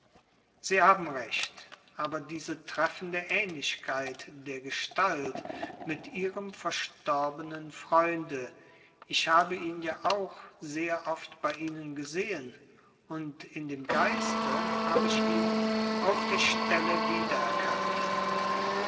sie haben recht aber diese treffende ähnlichkeit der gestalt mit ihrem verstorbenen freunde ich habe ihn ja auch sehr oft bei ihnen gesehen und in dem geiste hab ich ihn auf der stelle